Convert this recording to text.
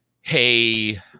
Hey